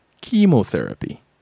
chemotherapy